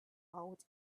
out